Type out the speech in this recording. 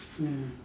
ya